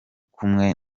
kumwe